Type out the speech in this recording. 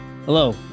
Hello